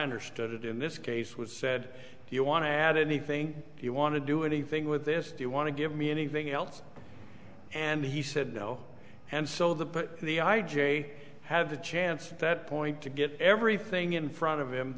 understood it in this case was said you want to add anything you want to do anything with this do you want to give me anything else and he said no and so the but the i j a have the chance at that point to get everything in front of him